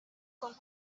con